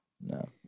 no